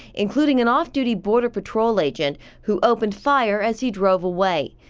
including an offduty border patrol agent who opened fire as he drove away.